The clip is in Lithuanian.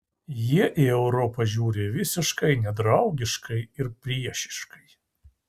jie į europą žiūri visiškai nedraugiškai ir priešiškai